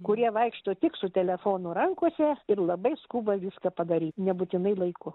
kurie vaikšto tik su telefonu rankose ir labai skuba viską padaryt nebūtinai laiku